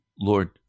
Lord